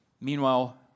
Meanwhile